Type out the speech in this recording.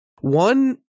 One